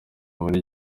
muri